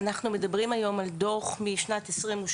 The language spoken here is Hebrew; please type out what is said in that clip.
אנחנו מדברים היום על דו"ח משנת 2022,